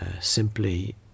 simply